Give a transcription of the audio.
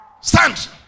Stand